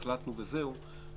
"החלטנו וזהו",